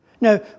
Now